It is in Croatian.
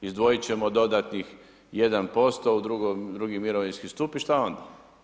Izdvojiti ćemo dodatnih 1% u drugi mirovinski stup i što onda?